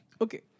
Okay